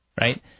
right